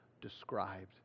described